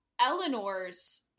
Eleanor's